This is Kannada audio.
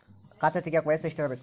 ಖಾತೆ ತೆಗೆಯಕ ವಯಸ್ಸು ಎಷ್ಟಿರಬೇಕು?